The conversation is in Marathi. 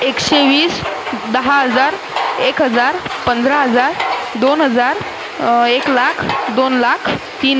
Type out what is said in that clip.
एकशेवीस दहा हजार एक हजार पंधरा हजार दोन हजार एक लाख दोन लाख तीन